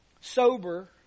Sober